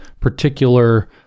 particular